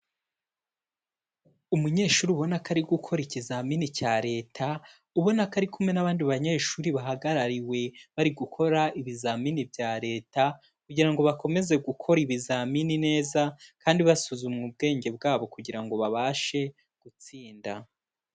Umunyeshuri ubona ko ari gukora ikizamini cya leta, ubona ko ari kumwe nbandi banyeshuri bahagarariwe bari gukora ibizamini bya leta, kugira ngo bakomeze gukora ibizamini neza, kandi basuzumwa ubwenge bwabo kugirango babashe gutsinda.